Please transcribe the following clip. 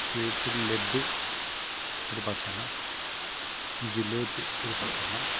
സ്വീറ്റ്സിൽ ലഡു ഒരു പത്തെണ്ണം ജിലേബി ഒരു പത്തെണ്ണം